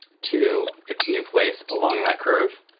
to its new place along that curve,